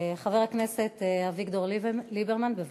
חבר הכנסת אביגדור ליברמן, בבקשה.